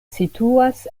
situas